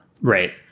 Right